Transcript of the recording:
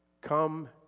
Come